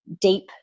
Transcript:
deep